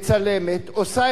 עושה את כל מה שצריך,